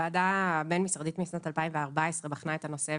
ועדה בין-משרדית משנת 2014 בחנה את הנושא,